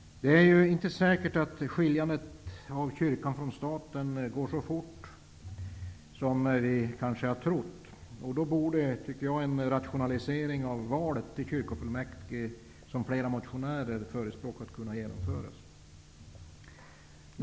Det är ju inte säkert att skiljandet av kyrkan från staten går så fort som vi kanske har trott, och jag tycker därför att en rationalisering av valen till kyrkofullmäktige, som flera motionärer har förespråkat, hade kunnat genomföras.